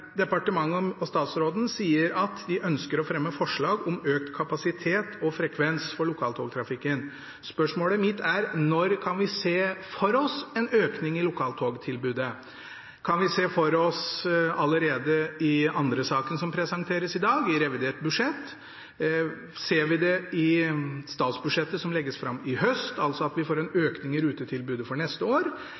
departementet og statsråden sier at de ønsker å fremme forslag om økt kapasitet og frekvens for lokaltogtrafikken. Spørsmålet mitt er: Når kan vi se for oss en økning i lokaltogtilbudet? Kan vi se det for oss allerede i de andre sakene som presenteres i dag, ser vi det i revidert budsjett, ser vi det i statsbudsjettet som legges fram i høst – altså at vi får en økning i rutetilbudet for neste år